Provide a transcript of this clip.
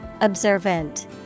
Observant